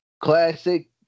classic